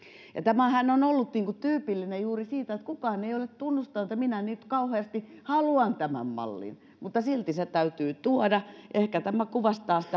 ja tällehän on ollut tyypillistä juuri se että kukaan ei ole tunnustanut että minä nyt kauheasti haluan tämän mallin mutta silti se täytyy tuoda ehkä tämä kuvastaa